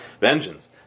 vengeance